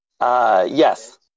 Yes